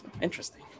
interesting